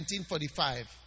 1945